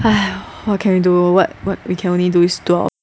!aiya! what can we do what what we can only do is drop